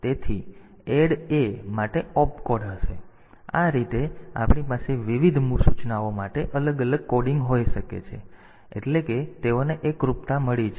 તેથી આ રીતે આપણી પાસે વિવિધ સૂચનાઓ માટે અલગ અલગ કોડિંગ હોઈ શકે છે અને તેઓને મળી છે તેથી એટલે કે તેઓને એકરૂપતા મળી છે